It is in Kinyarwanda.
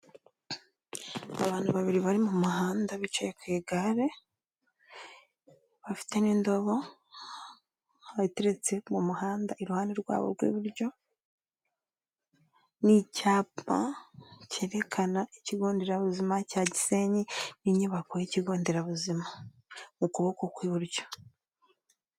Abantu babiri bari mu muhanda bicaye ku igare, bafite n'indobo, aho iteretse mu muhanda, iruhande rwabo rw'iburyo n'icyapa cyerekana ikigo nderabuzima cya Gisenyi, n'inyubako y'ikigo nderabuzima mu kuboko kw'iburyo.